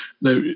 now